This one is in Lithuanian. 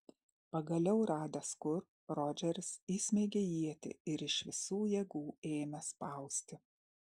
pagaliau radęs kur rodžeris įsmeigė ietį ir iš visų jėgų ėmė spausti